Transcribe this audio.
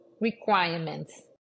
requirements